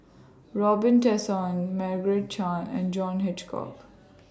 Robin Tessensohn Margaret Chan and John Hitchcock